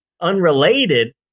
unrelated